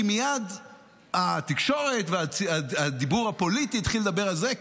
כי מייד התקשורת והדיבור הפוליטי התחילו לדבר על זה,